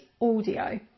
audio